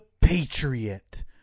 Patriot